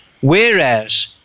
whereas